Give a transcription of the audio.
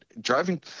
driving